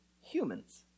humans